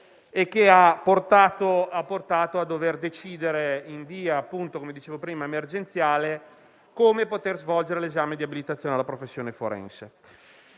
e che ha portato a dover decidere, in via emergenziale, come svolgere l'esame di abilitazione alla professione forense.